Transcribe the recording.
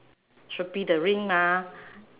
should be the ring mah